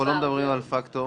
אנחנו לא מדברים על פקטור,